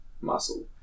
muscle